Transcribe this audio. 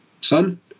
son